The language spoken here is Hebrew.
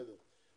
בסדר.